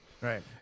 right